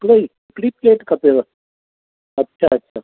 हिकिड़ो ई हिकिड़ी ज प्लेट खपेव अच्छा अच्छा